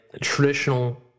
traditional